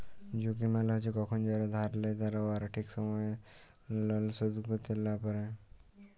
ঝুঁকি মালে হছে কখল যারা ধার লেই উয়ারা ঠিক সময়ে লল শোধ ক্যইরতে লা পারে